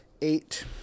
eight